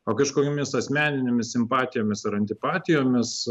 o kažkokiomis asmeninėmis simpatijomis ar antipatijomis